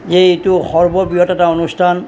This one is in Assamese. যে এইটো সৰ্ববৃহৎ এটা অনুষ্ঠান